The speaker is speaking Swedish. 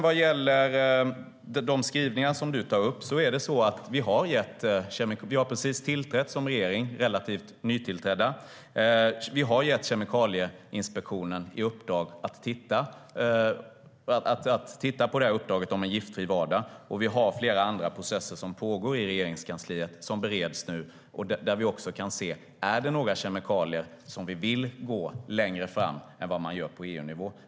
Vad gäller de skrivningar som du tar upp har vi precis tillträtt som regering. Vi är relativt nytillträdda. Vi har gett Kemikalieinspektionen i uppdrag att titta på uppdraget om en giftfri vardag, och vi har flera andra processer som pågår och bereds nu i Regeringskansliet. Där kan vi se om det är några kemikalier som vi vill gå längre fram med än vad man gör på EU-nivå.